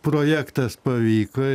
projektas pavyko